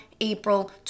April